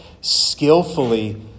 skillfully